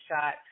shot